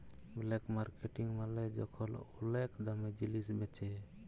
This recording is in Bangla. ব্ল্যাক মার্কেটিং মালে যখল ওলেক দামে জিলিস বেঁচে